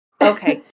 Okay